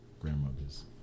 grandmother's